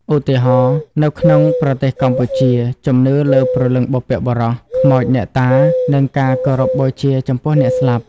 ឧទាហរណ៍ នៅក្នុងប្រទេសកម្ពុជា ជំនឿលើព្រលឹងបុព្វបុរស ខ្មោចអ្នកតា និងការគោរពបូជាចំពោះអ្នកស្លាប់។